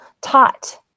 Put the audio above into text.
taught